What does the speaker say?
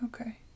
Okay